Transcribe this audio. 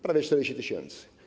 Prawie 40 tys.